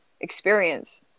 experience